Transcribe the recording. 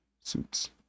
suits